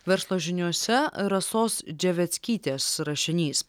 verslo žiniose rasos dževeckytės rašinys